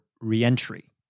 re-entry